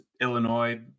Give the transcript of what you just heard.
Illinois